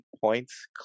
points